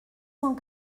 cent